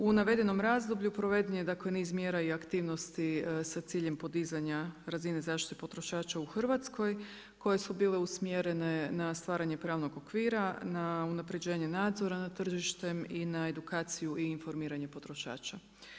U navedenom razdoblju, proveden je dakle niz mjera i aktivnosti sa ciljem podizanja razine zaštite potrošača u Hrvatskoj, koje su bile usmjerene na stvaranje pravnog okvira, na unapređenje nadzora nad tržištem i na edukaciju i informiranje potrošača.